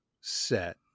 set